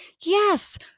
yes